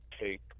take